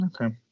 Okay